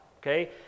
Okay